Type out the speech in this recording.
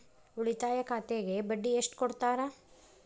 ಉಳಿತಾಯ ಖಾತೆಗೆ ಬಡ್ಡಿ ಎಷ್ಟು ಕೊಡ್ತಾರ?